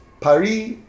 Paris